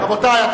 רבותי.